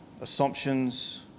assumptions